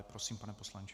Prosím, pane poslanče.